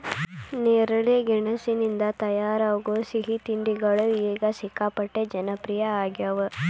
ನೇರಳೆ ಗೆಣಸಿನಿಂದ ತಯಾರಾಗೋ ಸಿಹಿ ತಿಂಡಿಗಳು ಈಗ ಸಿಕ್ಕಾಪಟ್ಟೆ ಜನಪ್ರಿಯ ಆಗ್ಯಾವ